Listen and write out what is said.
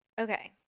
Okay